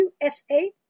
USA